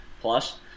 plus